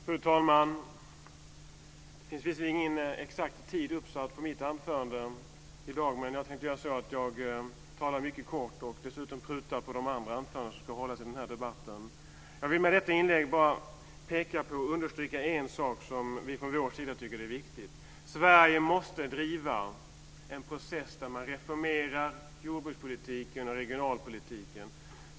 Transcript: Fru talman! Det finns visserligen ingen exakt tid uppsatt för mitt anförande i dag, men jag tänkte tala mycket kort och dessutom pruta på alla andra anföranden som ska hållas i den här debatten. Jag vill med mitt inlägg bara understryka en sak som vi från vår sida tycker är viktig. Sverige måste driva en process där man reformerar jordbrukspolitiken och regionalpolitiken.